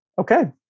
Okay